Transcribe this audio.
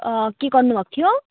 के गर्नु भएको थियो